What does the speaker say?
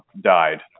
died